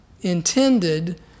intended